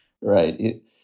Right